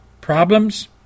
problems